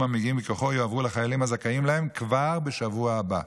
המגיעים מכוחו יועברו לחיילים הזכאים להם כבר בשבוע הבא.